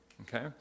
Okay